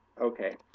okay